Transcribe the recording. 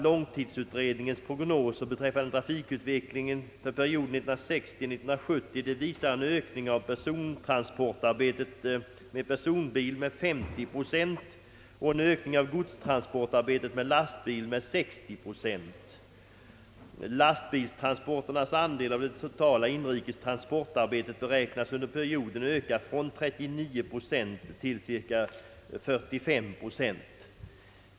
Långtidsutredningens prognoser beträffande trafikutvecklingen för perioden 1960—1970 visar en ökning av persontransportarbetet med personbil av 50 procent och en ökning av godstransportarbetet med lastbil av 60 procent. Lastbilstransporternas andel av det totala inrikes transportarbetet beräknas under perioden öka från 39 procent till cirka 45 procent.